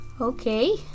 Okay